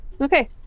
Okay